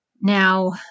Now